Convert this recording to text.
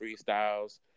freestyles